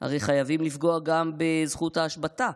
הרי חייבים לפגוע גם בזכות ההשבתה.